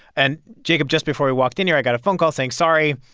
and, jacob, just before we walked in here, i got a phone call saying, sorry,